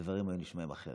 הדברים היו נשמעים אחרת.